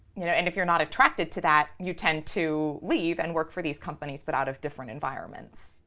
you know and if you're not attracted to that, you tend to leave and work for these companies but out of different environments,